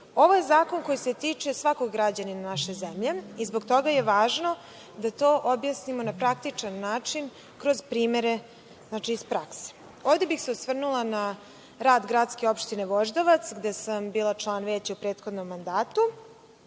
je zakon koji se tiče svakog građanina naše zemlje i zbog toga je važno da to objasnimo na praktičan način kroz primere iz prakse. Ovde bih se osvrnula na rad gradske Opštine Voždovac gde sam bila član veća u prethodnom mandatu